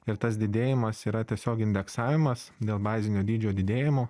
ir tas didėjimas yra tiesiog indeksavimas dėl bazinio dydžio didėjimo